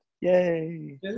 Yay